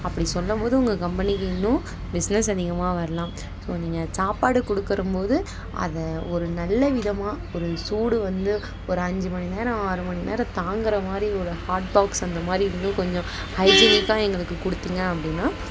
அப்படி சொல்லும் போது உங்கள் கம்பனிக்கு மேலும் பிஸ்னஸ் அதிகமாக வரலாம் ஸோ நீங்கள் சாப்பாடு கொடுக்கும் போது அதை ஒரு நல்ல விதமாக ஒரு சூடு வந்து ஒரு அஞ்சு மணி நேரம் ஆறு மணி நேரம் தாங்குகிற மாதிரி ஒரு ஹாட் பாக்ஸ் அந்த மாதிரி வந்து கொஞ்சம் ஹை ஜீனிக்காக எங்களுக்கு கொடுத்திங்க அப்படினா